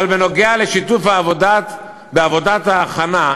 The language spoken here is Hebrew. אבל בנוגע לשיתוף בעבודת ההכנה,